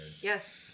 Yes